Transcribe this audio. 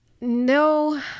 no